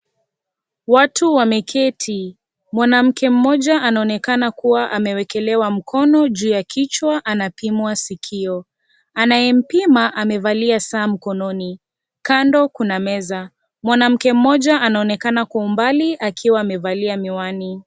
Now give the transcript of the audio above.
Watu wameketi, mwanamke mmoja anaonekana kuwa amwekelewa mkono juu ya kichwa anapimwa sikio, anayempima amevalia saa mkononi kando kuna meza, mwanamke mmoja anaonekana kwa umbali akiwa amevalia miwani.